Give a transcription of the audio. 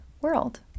world